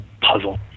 puzzle